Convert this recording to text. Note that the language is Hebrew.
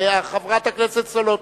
חברת הכנסת סולודקין?